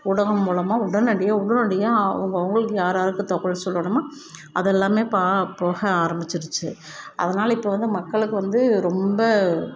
ஊடகம் மூலமாக உடனடியாக உடனடியாக அவங்கவுங்களுக்கு யார்யார்க்கு தகவல் சொல்லணுமோ அதெல்லாமே பா போக ஆரம்பிச்சிருச்சு அதனால் இப்போ வந்து மக்களுக்கு வந்து ரொம்ப